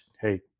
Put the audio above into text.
Hey